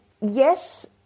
yes